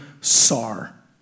sar